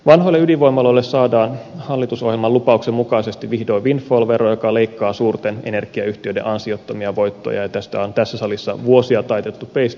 vanhoille ydinvoimaloille saadaan hallitusohjelman lupauksen mukaisesti vihdoin windfall vero joka leikkaa suurten energiayhtiöiden ansiottomia voittoja ja tästä on tässä salissa vuosia taitettu peistä